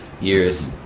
years